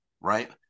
right